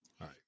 right